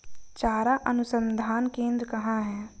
चारा अनुसंधान केंद्र कहाँ है?